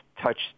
touched